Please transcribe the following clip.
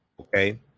okay